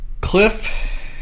Cliff